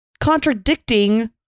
contradicting